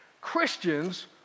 Christians